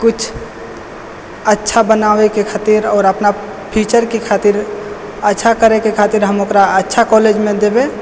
किछु अच्छा बनावै के खातिर आओर अपना फ्यूचर के खातिर अच्छा करै के खातिर हम ओकरा अच्छा कॉलेज मे देबै